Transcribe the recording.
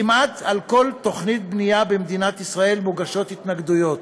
כמעט לכל תוכנית בנייה במדינת ישראל מוגשות התנגדויות,